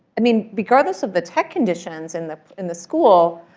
i mean, regardless of the tech conditions in the in the school,